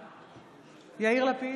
בעד יאיר לפיד,